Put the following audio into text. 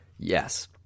Yes